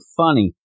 funny